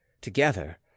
together